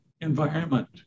environment